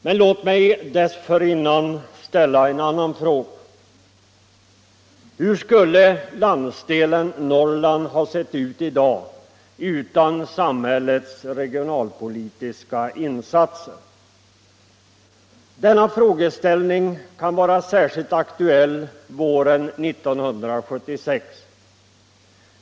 Men låt mig dessförinnan ställa en annan fråga: Hur skulle landsdelen Norrland ha sett ut i dag utan samhällets regionalpolitiska insatser? Denna frågeställning kan vara särskilt aktuell våren 1976.